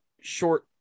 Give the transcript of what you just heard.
short